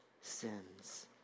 sins